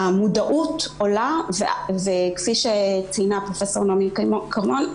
המודעות עולה וכפי שציינה פרופ' נעמי כרמון,